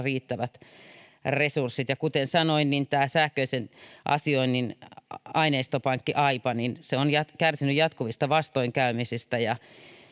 riittävät resurssit ja kuten sanoin tämä sähköisen asioinnin aineistopankki aipa on kärsinyt jatkuvista vastoinkäymisistä ja